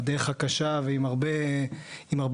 בדרך הקשה ועם הרבה כאבים,